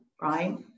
right